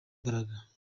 imbaraga